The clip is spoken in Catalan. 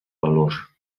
valor